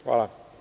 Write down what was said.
Hvala.